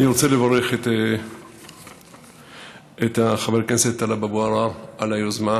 אני רוצה לברך את חבר הכנסת טלב אבו עראר על היוזמה,